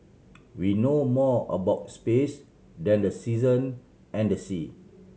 we know more about space than the season and sea